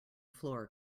floor